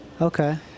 Okay